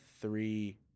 three